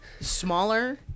smaller